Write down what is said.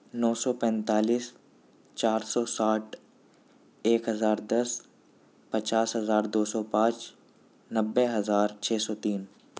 نو سو پنتالیس چار سو ساٹھ ایک ہزار دس پچاس ہزار دو سو پانچ نوے ہزار چھ سو تین